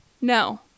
no